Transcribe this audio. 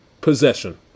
possession